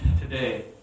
today